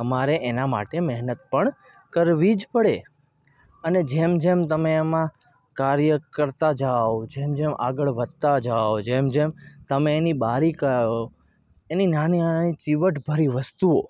તમારે એના માટે મહેનત પણ કરવી જ પડે અને જેમ જેમ તમે એમાં કાર્ય કરતા જાઓ જેમ જેમ આગળ વધતા જાઓ જેમ જેમ તમે એની બારીક એની નાની નાની ચીવટભરી વસ્તુઓ